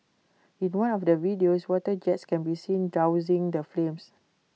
in one of the videos water jets can be seen dousing the flames